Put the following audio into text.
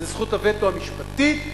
זה זכות הווטו המשפטית,